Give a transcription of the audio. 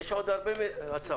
יש עוד הרבה הצעות.